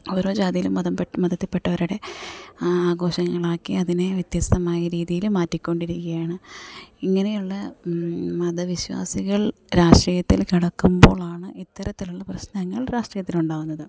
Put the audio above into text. ഓരോ ജാതിയിലും മതത്തിൽ പെട്ടവരുടെ ആഘോഷങ്ങളാക്കി അതിനെ വ്യത്യസ്തമായ രീതിയിൽ മാറ്റിക്കൊണ്ടിരിക്കുകയാണ് ഇങ്ങനെയുള്ള മതവിശ്വാസികൾ രാഷ്ട്രീയത്തിൽ കടക്കുമ്പോഴാണ് ഇത്തരത്തിലുള്ള പ്രശ്നങ്ങൾ രാഷ്ട്രീയത്തിലുണ്ടാകുന്നത്